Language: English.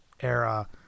era